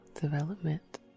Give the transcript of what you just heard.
development